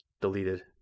Deleted